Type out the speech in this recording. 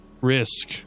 risk